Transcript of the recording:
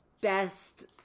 best